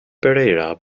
pereira